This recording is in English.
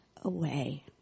away